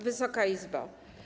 Wysoka Izbo!